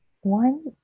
one